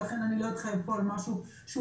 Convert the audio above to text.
ולכן אני לא אתחייב פה על משהו שהוא